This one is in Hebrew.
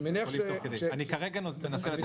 אני מניח -- אני כרגע מנסה לתת